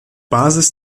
basis